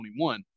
2021